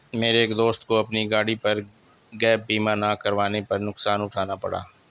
मेरे एक दोस्त को अपनी गाड़ी का गैप बीमा ना करवाने पर नुकसान उठाना पड़ा